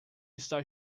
está